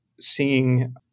seeing